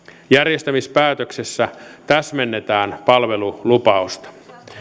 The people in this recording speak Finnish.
järjestämispäätöksessä täsmennetään palvelulupausta